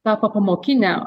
ta popamokinė